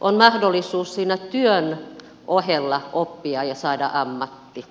on mahdollisuus siinä työn ohella oppia ja saada ammatti